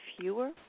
fewer